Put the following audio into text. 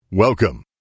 Welcome